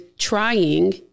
trying